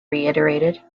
reiterated